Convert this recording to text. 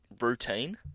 routine